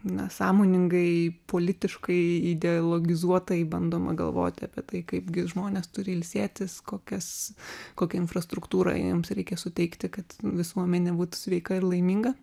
na sąmoningai politiškai ideologizuota jei bandoma galvoti apie tai kaipgi žmonės turi ilsėtis kokias kokia infrastruktūrą jiems reikia suteikti kad visuomenė būtų sveika ir laiminga